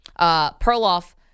Perloff